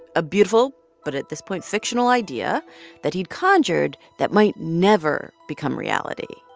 a beautiful but at this point fictional idea that he'd conjured that might never become reality.